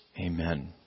Amen